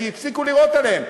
כי הפסיקו לירות עליהם.